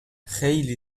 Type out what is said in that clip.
خیلی